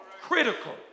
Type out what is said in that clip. critical